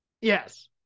yes